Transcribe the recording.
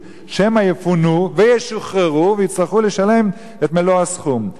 שמא יפונו וישוחררו ויצטרכו לשלם את מלוא הסכום.